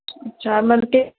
ਅੱਛਾ ਮਤਲਬ ਕੇ